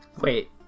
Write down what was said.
Wait